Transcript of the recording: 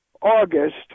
August